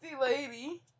lady